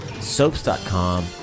soaps.com